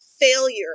failure